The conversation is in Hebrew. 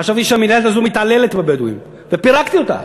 חשבתי שהמינהלת הזאת מתעללת בבדואים ופירקתי אותה